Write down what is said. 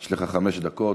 יש לך חמש דקות.